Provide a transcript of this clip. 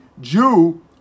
Jew